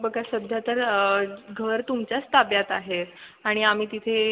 बघा सध्या तर घर तुमच्याच ताब्यात आहे आणि आम्ही तिथे